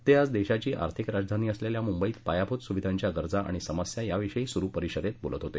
ते आज देशाची आर्थिक राजधानी असलेल्या मुंबईत पायाभूत सुविधांच्या गरजा आणि समस्या याविषयी सुरु परिषदेत बोलत होते